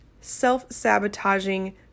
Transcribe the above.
self-sabotaging